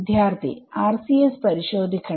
വിദ്യാർത്ഥി RCS പരിശോധിക്കണം